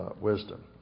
wisdom